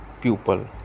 pupil